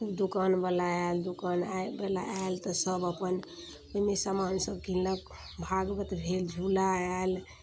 खूब दोकानवला आयल दोकानवला आयल तऽ सब अपन ओइमे सामान सब कीनलक भागवत भेल झूला आयल